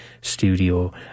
studio